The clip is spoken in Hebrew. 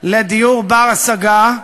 לדיור בר-השגה,